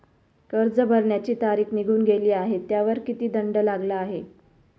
कर्ज भरण्याची तारीख निघून गेली आहे त्यावर किती दंड लागला आहे?